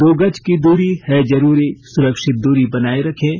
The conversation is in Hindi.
दो गज की दूरी है जरूरी सुरक्षित दूरी बनाए रखें